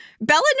Bella